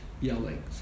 yelling